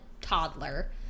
toddler